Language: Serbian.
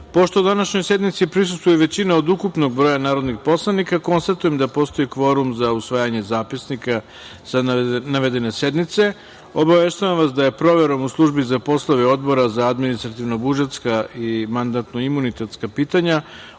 današnjoj sednici prisustvuje većina od ukupnog broja narodnih poslanika, konstatujem da postoji kvorum za usvajanje zapisnika sa navedene sednice. Obaveštavam vas da je proverom u Službi za poslove Odbora za administrativno-budžetska i mandatno-imunitetska pitanja